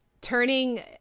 turning